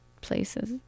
places